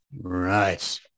Right